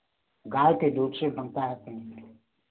गाय के दूध से बनता है पनीर